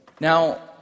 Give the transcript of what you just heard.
now